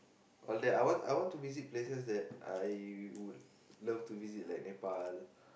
all that I want I want to visit places that I would love to visit like Nepal